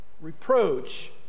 reproach